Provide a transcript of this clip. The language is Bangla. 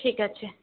ঠিক আছে